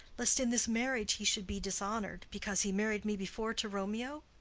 lest in this marriage he should be dishonour'd because he married me before to romeo?